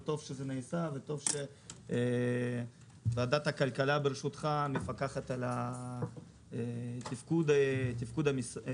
וטוב שזה נעשה וטוב שוועדת הכלכלה בראשותך מפקחת על תפקוד המשרד.